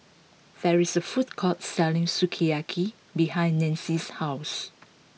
there is a food court selling Sukiyaki behind Nanci's house